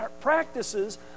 practices